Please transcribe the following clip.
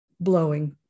blowing